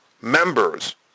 members